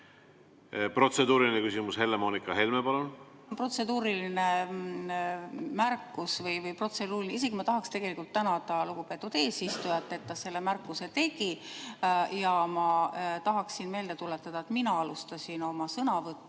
Protseduuriline küsimus, Helle‑Moonika Helme, palun! Protseduuriline märkus. Ma tahan tegelikult tänada lugupeetud eesistujat, et ta selle märkuse tegi. Ma tahan meelde tuletada, et mina alustasin oma sõnavõttu